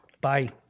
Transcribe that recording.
Bye